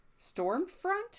Stormfront